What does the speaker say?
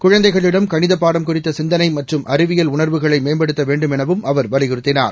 குழந்தைகளிடம் கணிதப் பாடம் குறித்த சிந்தனை மற்றும் அறிவியல் உணர்வுகளை மேம்படுத்த வேண்டும் எனவும் அவர் வலியுறுத்தினார்